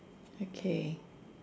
okay